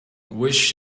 wish